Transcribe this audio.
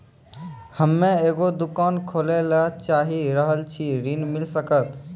हम्मे एगो दुकान खोले ला चाही रहल छी ऋण मिल सकत?